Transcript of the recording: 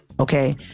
Okay